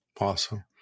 Awesome